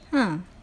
ah